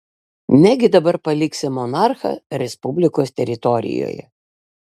negi dabar paliksi monarchą respublikos teritorijoje